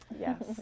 yes